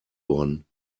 worden